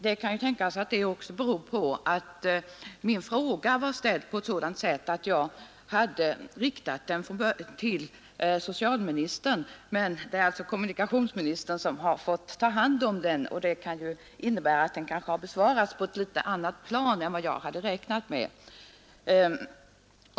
Det kan tänkas att det beror på att min fråga var riktad till socialministern men att det blivit kommunikationsministern som fått ta hand om den. Det kan ju innebära att den besvarats på ett annat plan än jag räknat med.